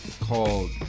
called